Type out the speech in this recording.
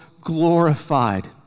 glorified